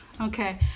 Okay